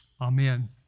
amen